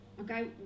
Okay